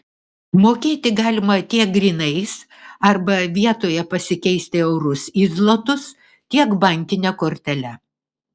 mokėti galima tiek grynais arba vietoje pasikeisti eurus į zlotus tiek bankine kortele